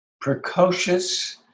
precocious